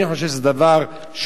אני חושב שזה דבר מיותר.